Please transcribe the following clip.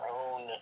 own